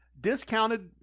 discounted